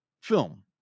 film